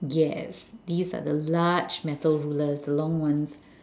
yes these are the large metal rulers the long ones